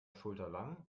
schulterlang